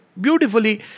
beautifully